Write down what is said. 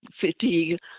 fatigue